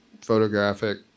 photographic